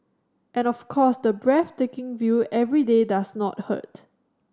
and of course the breathtaking view every day does not hurt